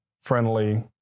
friendly